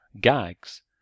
gags